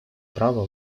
права